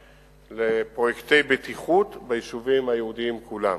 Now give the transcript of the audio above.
לפרויקטי בטיחות ביישובים היהודיים כולם.